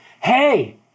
Hey